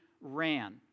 ran